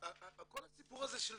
כל הסיפור הזה של